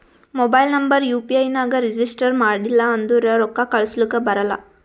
mobile number U P I ನಾಗ್ register ಮಾಡಿಲ್ಲ ಅಂದುರ್ ರೊಕ್ಕಾ ಕಳುಸ್ಲಕ ಬರಲ್ಲ